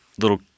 little